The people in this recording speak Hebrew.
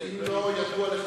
אם לא ידוע לך,